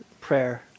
prayer